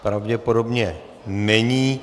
Pravděpodobně není.